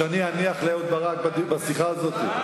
שאני אניח לאהוד ברק בשיחה הזאת?